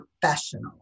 professional